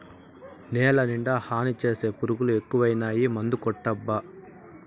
నేలనిండా హాని చేసే పురుగులు ఎక్కువైనాయి మందుకొట్టబ్బా